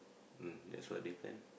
mm that's what they plan